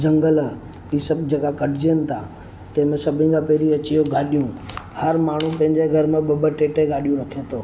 जंगल इहे सभु जॻहा कटजनि था ते इन सभिनि खां पहिरियों अची वियो गाॾियूं हर माण्हू पंहिंजे घर में ॿ ॿ टे टे गाॾियूं रखे थो